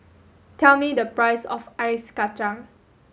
tell me the price of ice kachang